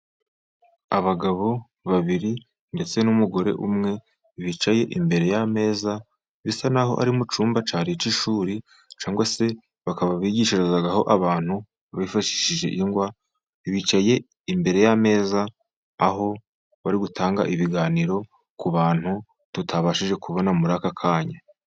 Abagabo babiri ndetse n'umugore umwe, bicaye imbere y'ameza, bisa naho ari mu cyumba cyari icy'ishuri, cyangwa se bakaba bigishirizaho abantu bifashishije ingwa. Bicaye imbere y'ameza aho bari gutanga ibiganiro, ku bantu tutabashije kubona muri aka kanya.